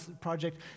project